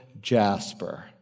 jasper